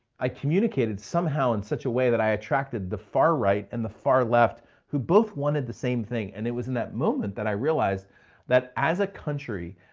i communicated somehow in such a way that i attracted the far right and the far left who both wanted the same thing. and it was in that moment that i realized that as a country,